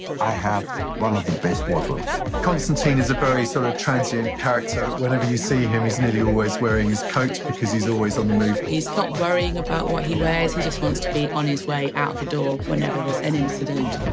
i have one of the best wardrobes. konstantin is a very sort of transient character. whenever you see him, he's nearly always wearing his coats because he's always on the move. he's not worrying about what he wears, he just wants to be on his way out the door whenever there's an incident.